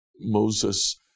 Moses